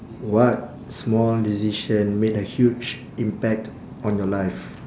what small decision made a huge impact on your life